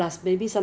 凤梨酥